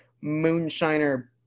moonshiner